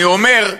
אני אומר,